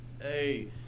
Hey